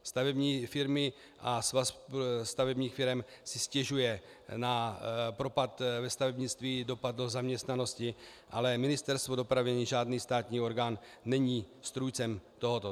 Stavební firmy a Svaz stavebních firem si stěžují na propad ve stavebnictví, dopad do zaměstnanosti, ale Ministerstvo dopravy ani žádný státní orgán není strůjcem tohoto.